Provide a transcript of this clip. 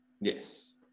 Yes